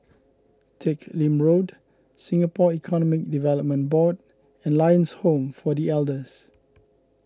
Teck Lim Road Singapore Economic Development Board and Lions Home for the Elders